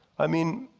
i mean